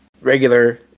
regular